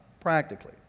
practically